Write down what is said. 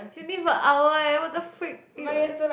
fifteen per hour eh what the freak